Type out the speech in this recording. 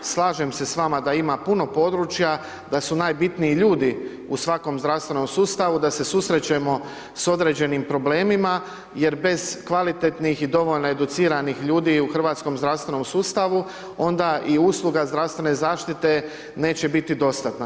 Slažem se s vama da ima puno područja, da su najbitniji ljudi u svakom zdravstvenom sustavu, da se susrećemo sa određenim problemima, jer bez kvalitetnih i dovoljno educiranih ljudi u hrvatskom zdravstvenom sustavu onda i usluga zdravstvene zaštite neće biti dostatna.